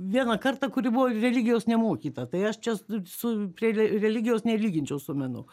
vieną kartą kuri buvo religijos nemokyta tai aš čia su prie re religijos nelyginčiau su menu